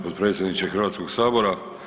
potpredsjedniče Hrvatskog sabora.